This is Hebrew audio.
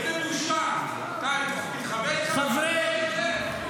איזו בושה, די --- תתחבא לך --- תענה.